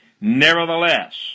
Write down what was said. nevertheless